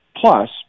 Plus